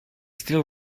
still